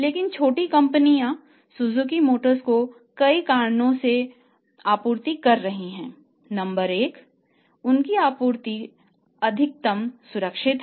लेकिन छोटी कंपनियां सुजुकी मोटर्स को कई कारणों से आपूर्ति कर रही हैं नंबर एक उनकी आपूर्ति अत्यधिक सुरक्षित है